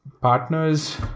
partners